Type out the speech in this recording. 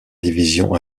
division